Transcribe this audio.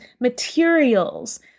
materials